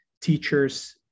teachers